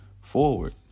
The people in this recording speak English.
forward